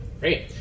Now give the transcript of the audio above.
Great